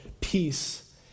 peace